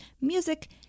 music